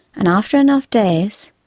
and after enough days,